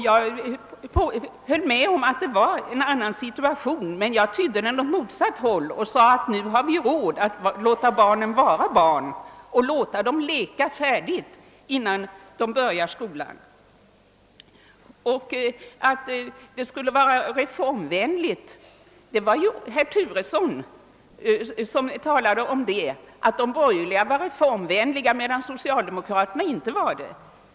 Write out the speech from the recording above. Jag höll med om att det då var en annan situation än nu, men jag drog motsatt slutsats därav och sade, att nu har vi råd att låta barn vara barn och låta dem leka färdigt, innan de börjar skolan. Herr Turesson talade om att syftet skulle vara reformvänligt och att de borgerliga var reformvänliga medan socialdemokraterna inte var det.